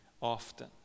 often